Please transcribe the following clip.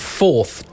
fourth